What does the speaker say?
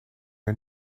are